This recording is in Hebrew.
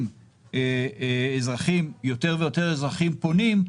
אם יותר ויותר אזרחים פונים,